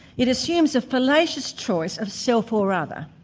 it assumes a fallacious choice of self or other,